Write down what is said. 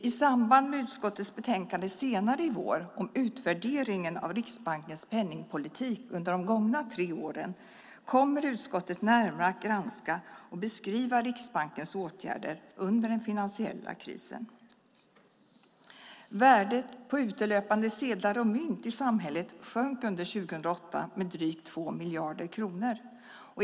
I samband med utskottets betänkande senare i vår om utvärderingen av Riksbankens penningpolitik under de gångna tre åren kommer utskottet närmare att granska och beskriva Riksbankens åtgärder under den finansiella krisen. Värdet på utelöpande sedlar och mynt i samhället sjönk under 2008 med drygt 2 miljarder kronor.